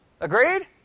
Agreed